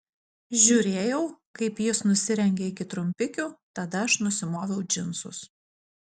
žiūrėjau kaip jis nusirengia iki trumpikių tada aš nusimoviau džinsus